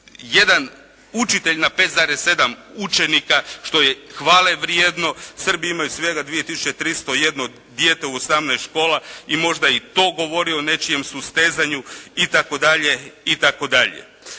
Znači učitelj na 5,7 učenika, što je hvale vrijedno. Srbi imaju svega 2 tisuće 301 dijete u 18 škola. I možda i to govori o nečijem sustezanju itd. Ono